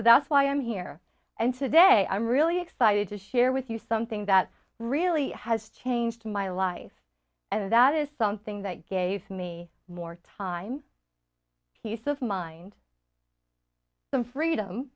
that's why i'm here and today i'm really excited to share with you something that really has changed my life and that is something that gave me more time peace of mind some freedom